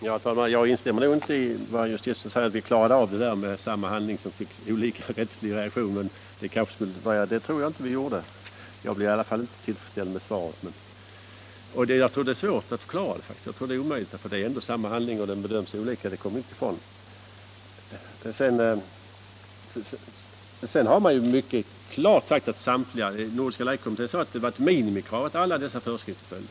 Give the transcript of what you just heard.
Herr talman! Jag instämmer inte i vad justitieministern säger om att vi har klarat upp frågan om att samma handling föranleder olika rättsliga reaktioner. Jag tror faktiskt inte att det är möjligt att klara den —- samma handling bedöms faktiskt olika, det kommer vi inte ifrån. Det var ett minimikrav att alla föreskrifter skulle följas.